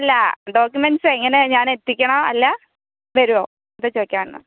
അല്ല ഡോക്യൂമെൻറ്റ്സ് എങ്ങനെ ഞാൻ എത്തിക്കണോ അല്ല വരുവോ അത് ചോദിക്കാൻ വന്നതാ